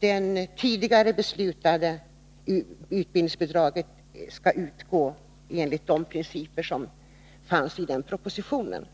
det tidigare beslutade utbildningsbidraget skall utgå enligt de principer som angavs av riksdagen 1982.